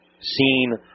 seen